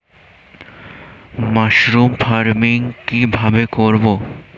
Mushroom farming কি ভাবে করব?